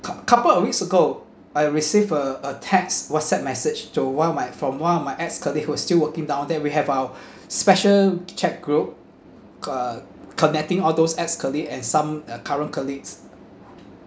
cou~ couple of weeks ago I receive a a text whatsapp message to one of my from one of my ex colleague who's still working down there we have our special chat group uh connecting all those ex colleague and some uh current colleagues